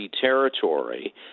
territory